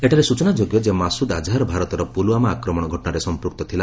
ଏଠାରେ ସ୍ଟଚନାଯୋଗ୍ୟ ଯେ ମାସୁଦ୍ ଆଜାହର ଭାରତର ପୁଲଓ୍ୱାମା ଆକ୍ରମଣ ଘଟଣାରେ ସଂପୃକ୍ତ ଥିଲା